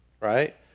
right